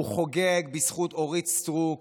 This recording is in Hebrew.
הוא חוגג בזכות אורית סטרוק.